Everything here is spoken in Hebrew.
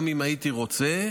גם אם הייתי רוצה,